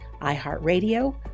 iHeartRadio